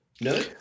No